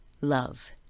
love